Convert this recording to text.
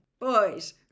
Boys